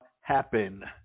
happen